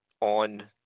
on